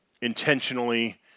intentionally